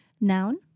Noun